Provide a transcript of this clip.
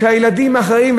שההורים אחראים,